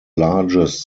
largest